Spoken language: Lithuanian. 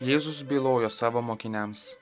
jėzus bylojo savo mokiniams